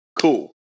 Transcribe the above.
cool